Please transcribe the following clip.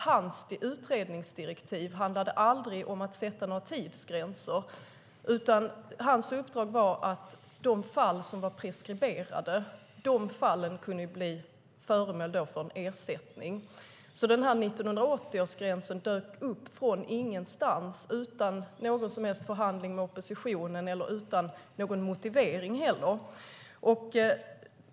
Hans utredningsdirektiv handlade aldrig om att sätta några tidsgränser, utan hans uppdrag var att de fall som var preskriberade kunde bli föremål för ersättning. 1980-gränsen dök upp från ingenstans, utan någon som helst förhandling med oppositionen och utan någon motivering.